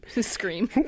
Scream